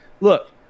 look